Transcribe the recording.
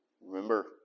remember